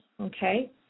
Okay